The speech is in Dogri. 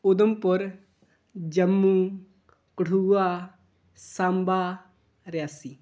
उधमपुर जम्मू कठुआ सांबा रियासी